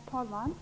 Herr talman!